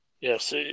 Yes